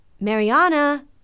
Mariana